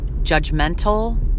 judgmental